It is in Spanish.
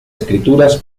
escrituras